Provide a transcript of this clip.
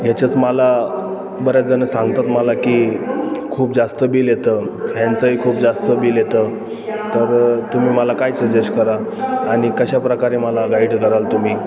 ह्याच्याच मला बऱ्याच जण सांगतात मला की खूप जास्त बिल येतं ह्यांचंही खूप जास्त बिल येतं तर तुम्ही मला काय सजेश करा आणि कशाप्रकारे मला गाईड कराल तुम्ही